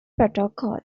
protocol